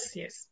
yes